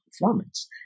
performance